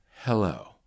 Hello